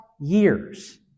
years